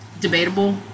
debatable